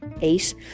eight